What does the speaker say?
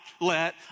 let